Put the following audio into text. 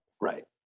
Right